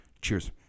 Cheers